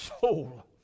soul